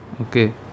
Okay